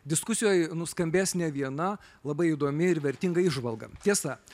diskusijoj nuskambės ne viena labai įdomi ir vertinga įžvalga tiesa